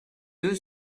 deux